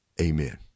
Amen